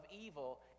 evil